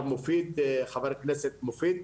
חבר הכנסת מופיד.